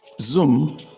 Zoom